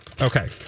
Okay